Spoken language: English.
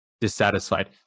dissatisfied